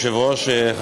אדוני היושב-ראש,